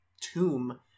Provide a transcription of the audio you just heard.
tomb